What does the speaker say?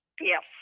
Yes